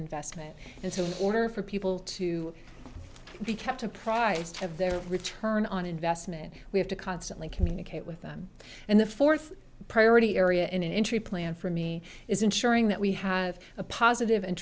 investment and so in order for people to be kept apprised have their return on investment we have to constantly communicate with them and the fourth priority area an interest plan for me is ensuring that we have a positive and